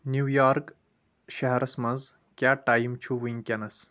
نیو York شہرس منٛز کیٛاہ ٹایم چھ وُنۍکینس